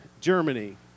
Germany